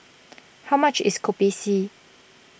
how much is Kopi C